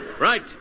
Right